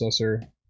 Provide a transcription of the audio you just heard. processor